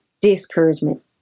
discouragement